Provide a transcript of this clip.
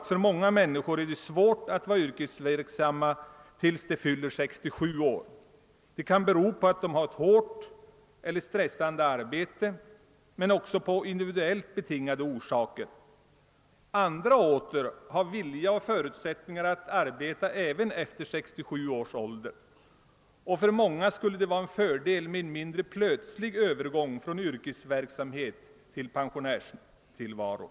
För många människor är det svårt att vara yrkesverksam till 67 års ålder, vilket kan bero på att de har ett hårt eller stressande arbete, men orsakerna kan också vara individuella. Andra åter har vilja och förutsättningar att arbeta efter 67 års ålder, och för många skulle det vara en fördel med en mindre plötslig övergång från yrkesverksamhet till pensionärstillvaro.